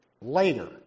later